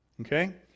Okay